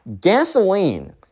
gasoline